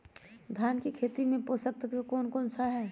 धान की खेती में पोषक तत्व कौन कौन सा है?